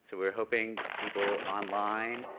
so, we are hoping people online,